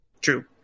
True